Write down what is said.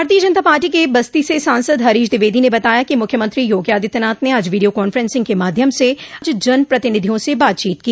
भारतीय जनता पार्टी के बस्ती से सांसद हरीश द्विवेदी ने बताया कि मुख्यमंत्री योगी आदित्यनाथ ने आज वीडिया कांफ्रेंसिंग के माध्यम से जनप्रतिनिधियों से बातचीत की